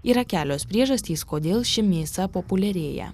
yra kelios priežastys kodėl ši mėsa populiarėja